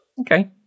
Okay